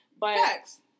Facts